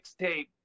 mixtape